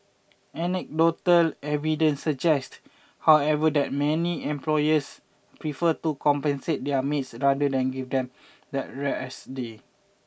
anecdotal evidence suggests however that many employers prefer to compensate their maids rather than give them that rest day